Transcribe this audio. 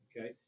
Okay